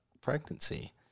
pregnancy